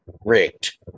rigged